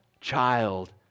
child